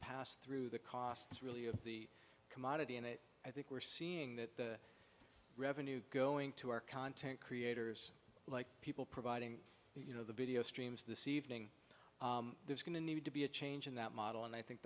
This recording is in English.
pass through the costs really of the commodity and i think we're seeing that revenue going to our content creators like people providing you know the video streams this evening there's going to need to be a change in that model and i think